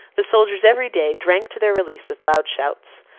the soldiers every day drank to their release with loud shouts.